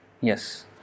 Yes